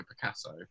Picasso